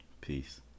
peace